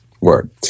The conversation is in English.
Word